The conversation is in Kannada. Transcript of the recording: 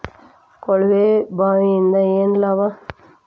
ಕೊಳವೆ ಬಾವಿಯಿಂದ ಏನ್ ಲಾಭಾ?